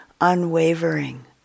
unwavering